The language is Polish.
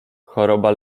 choroba